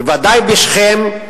בוודאי בשכם,